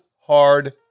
hard